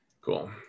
Cool